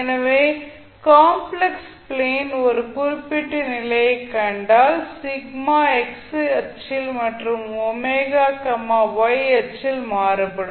எனவே complex plane ல் ஒரு குறிப்பிட்ட நிலையை கண்டால் x அச்சில் மற்றும் ω y அச்சில் மாறுபடும்